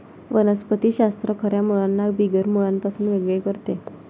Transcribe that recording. वनस्पति शास्त्र खऱ्या मुळांना बिगर मुळांपासून वेगळे करते